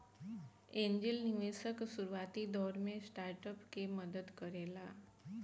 angel निवेशक शुरुआती दौर में स्टार्टअप के मदद करेला